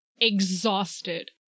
exhausted